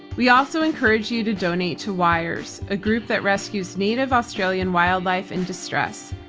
we also encourage you to donate to wires, agroup that rescues native australian wildlife in distress.